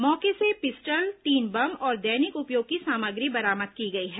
मौके से पिस्टल तीन बम और दैनिक उपयोग की सामग्री बरामद की गई है